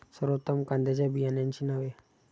सर्वोत्तम कांद्यांच्या बियाण्यांची नावे?